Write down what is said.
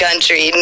Country